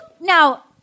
Now